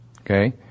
okay